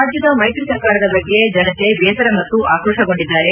ರಾಜ್ಯದ ಮೈತ್ರಿ ಸರ್ಕಾರದ ಬಗ್ಗೆ ಜನತೆ ಬೇಸರ ಮತ್ತು ಆಕ್ರೋಶಗೊಂಡಿದ್ದಾರೆ